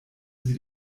sie